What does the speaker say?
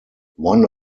one